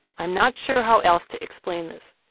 i'm not sure how else to explain this.